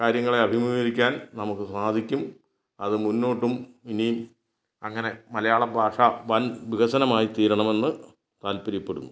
കാര്യങ്ങളെ അഭിമുകീകരിക്കാൻ നമുക്ക് സാധിക്കും അത് മുന്നോട്ടും ഇനി അങ്ങനെ മലയാള ഭാഷ വൻ വികസനമായി തീരണമെന്ന് താത്പര്യപ്പെടുന്നു